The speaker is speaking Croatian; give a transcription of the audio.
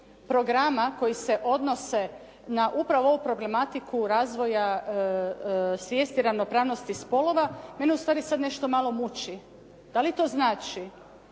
programa koji se odnose na upravo ovu problematiku razvoja svijesti ravnopravnosti spolova, mene ustvari nešto malo muči. Dali to znači,